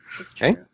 Okay